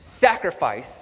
sacrifice